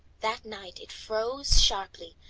that night it froze sharply,